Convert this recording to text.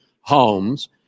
homes